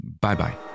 Bye-bye